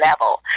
level